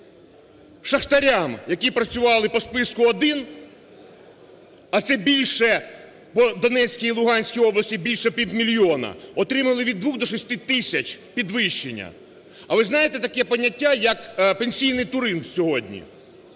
шахтарям, які працювали по списку один, а це більше… по Донецькій і Луганській області більше півмільйона отримали від 2 до 6 тисяч підвищення. А ви знаєте таке поняття, як пенсійний туризм сьогодні?